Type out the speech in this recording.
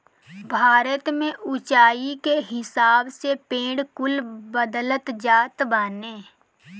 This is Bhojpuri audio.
भारत में उच्चाई के हिसाब से पेड़ कुल बदलत जात बाने